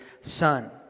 son